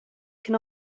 can